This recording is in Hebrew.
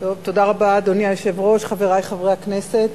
תודה רבה, חברי חברי הכנסת,